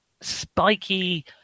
spiky